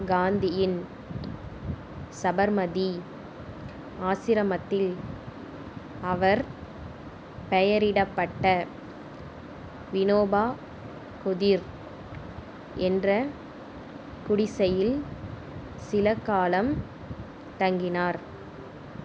காந்தியின் சபர்மதி ஆசிரமத்தில் அவர் பெயரிடப்பட்ட வினோபா குதிர் என்ற குடிசையில் சில காலம் தங்கினார்